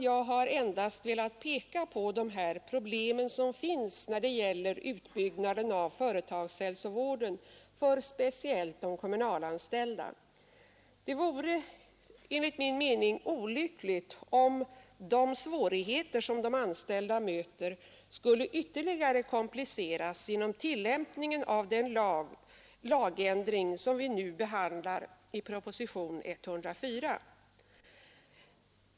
Jag har endast velat peka på de problem som finns när det gäller utbyggnaden av företagshälsovården för speciellt de kommunalanställda. Det vore, enligt min mening, olyckligt om de svårigheter som de anställda möter skulle ytterligare kompliceras genom tillämpningen av den lagändring som nu behandlas i propositionen 104.